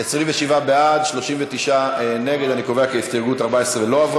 קבוצת סיעת המחנה הציוני וקבוצת סיעת מרצ לסעיף 4 לא נתקבלה.